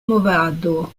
movado